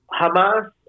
Hamas